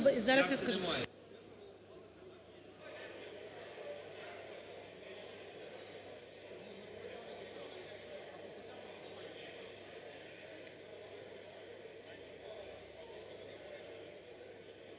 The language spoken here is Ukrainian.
Зараз я скажу.